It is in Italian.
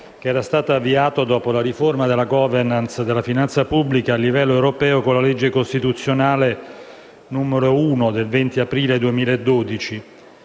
contabile avviato, dopo la riforma della *governance* della finanza pubblica a livello europeo, con la legge costituzionale n. 1 del 20 aprile 2012,